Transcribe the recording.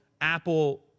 Apple